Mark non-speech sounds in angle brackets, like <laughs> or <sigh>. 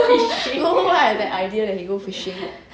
<laughs> don't know why I got the idea that he go fishing